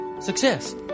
success